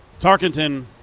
Tarkenton